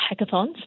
hackathons